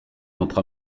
notre